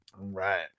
Right